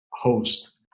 host